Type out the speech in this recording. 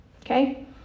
Okay